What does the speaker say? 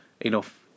enough